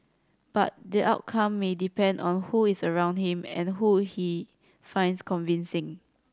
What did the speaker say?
but the outcome may depend on who is around him and who he finds convincing